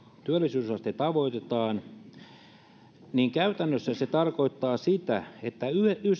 työllisyysaste tavoitetaan käytännössä se tarkoittaa sitä että